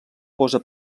posa